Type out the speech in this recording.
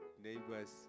Neighbors